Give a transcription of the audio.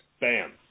Bam